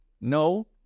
no